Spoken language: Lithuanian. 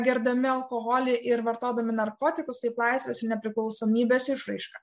gerdami alkoholį ir vartodami narkotikus kaip laisvės ir nepriklausomybės išraišką